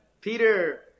Peter